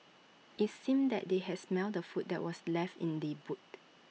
IT seemed that they had smelt the food that were left in the boot